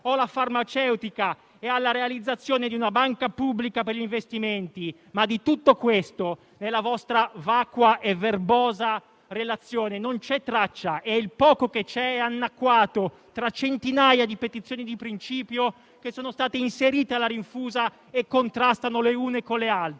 o la farmaceutica e alla realizzazione di una banca pubblica per gli investimenti. Ma di tutto questo nella vostra vacua e verbosa relazione non c'è traccia, e il poco che c'è è annacquato tra centinaia di petizioni di principio che sono state inserite alla rinfusa e contrastano le une con le altre.